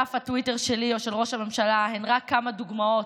דף הטוויטר שלי או של ראש הממשלה הם רק כמה דוגמאות,